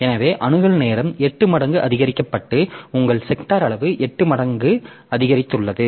எனவே அணுகல் நேரம் எட்டு மடங்கு அதிகரிக்கப்பட்டு உங்கள் செக்டார் அளவு எட்டு மடங்கு அதிகரித்துள்ளது